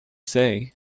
say